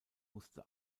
musste